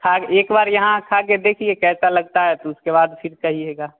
खा कर एक बार यहाँ खा कर देखिए कैसा लगता है तो उसके बाद फिर कहिएगा